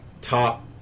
top